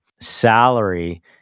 salary